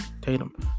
tatum